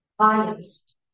highest